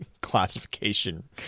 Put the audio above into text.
classification